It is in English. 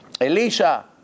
Elisha